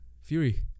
Fury